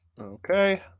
Okay